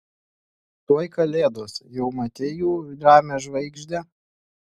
tuoj kalėdos jau matei jų ramią žvaigždę